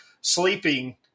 sleeping